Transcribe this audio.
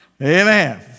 Amen